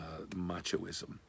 machoism